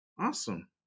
awesome